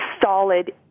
solid